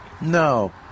No